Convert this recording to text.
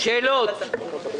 האוצר לא צפה 850 מיליון שקל?